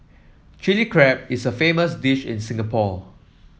Chilli Crab is a famous dish in Singapore